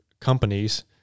companies